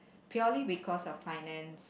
purely because of finance